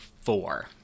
four